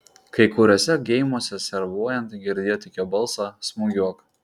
kai kuriuose geimuose servuojant girdėjo tik jo balsą smūgiuok